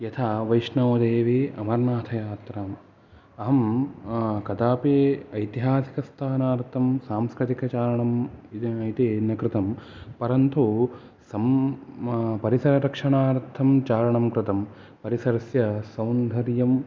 यथा वैष्णोदेवी अमरनाथयात्रां अहं कदापि एऐतिहासिक स्थानार्थं सांस्कृतिक चारणं इति इति न कृतं परन्तु सं परिसररक्षणार्थं चारणं कृतम् परिसरस्य सौन्दर्यम्